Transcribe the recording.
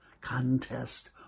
contest